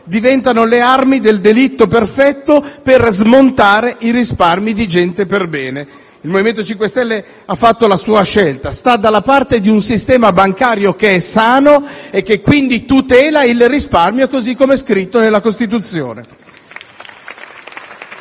diventano le armi del delitto perfetto per smontare i risparmi di gente perbene. Il MoVimento 5 Stelle ha fatto la sua scelta: sta dalla parte di un sistema bancario che è sano e che quindi tutela il risparmio, così com'è scritto nella Costituzione.